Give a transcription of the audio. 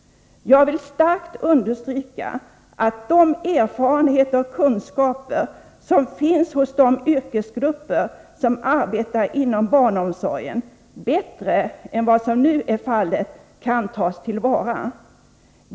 Jag vill starkt understryka att de erfarenheter och kunskaper som finns hos de yrkesgrupper som arbetar inom barnomsorgen kan tas till vara bättre än vad som nu är fallet.